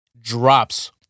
drops